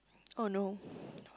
oh no